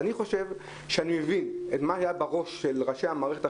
אני חושב שאני מבין מה היה בראש של ראשי מערכת החינוך.